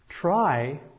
try